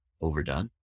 overdone